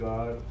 God